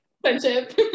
Friendship